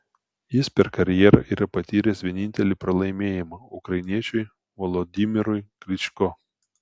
jis per karjerą yra patyręs vienintelį pralaimėjimą ukrainiečiui volodymyrui klyčko